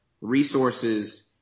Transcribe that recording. resources